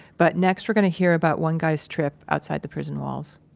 but, next, we're going to hear about one guy's trip outside the prison walls.